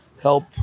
help